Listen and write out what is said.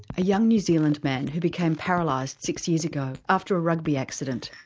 a young new zealand man who became paralysed six years ago after a rugby accident.